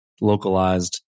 localized